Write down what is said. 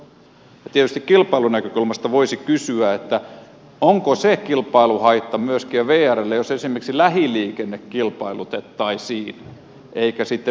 ja tietysti kilpailunäkökulmasta voisi kysyä onko se kilpailuhaitta myöskin vrlle jos esimerkiksi lähiliikenne kilpailutettaisiin eikä sitten pidempiä reittejä